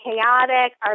chaotic